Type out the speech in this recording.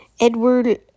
Edward